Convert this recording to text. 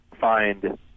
find